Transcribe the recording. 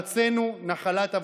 בארצנו, נחלת אבותינו.